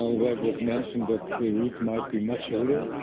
ah where it was mentioned, that the route might be much older.